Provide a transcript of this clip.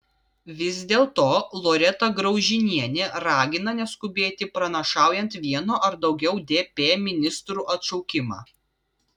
vis dėlto loreta graužinienė ragina neskubėti pranašaujant vieno ar daugiau dp ministrų atšaukimą